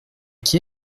qui